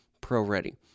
pro-ready